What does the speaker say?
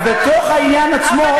אבל בתוך העניין עצמו,